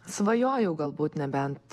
svajojau galbūt nebent